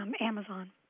Amazon